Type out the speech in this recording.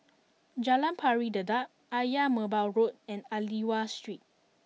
Jalan Pari Dedap Ayer Merbau Road and Aliwal Street